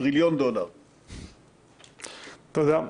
תודה.